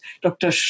Dr